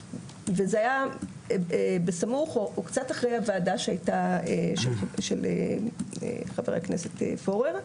וזה היה בסמוך או קצת אחרי הוועדה של חבר הכנסת פורר,